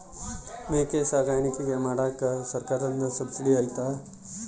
ಮೇಕೆ ಸಾಕಾಣಿಕೆ ಮಾಡಾಕ ಸರ್ಕಾರದಿಂದ ಸಬ್ಸಿಡಿ ಐತಾ?